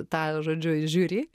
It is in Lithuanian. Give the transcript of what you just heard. tą žodžiu žiūri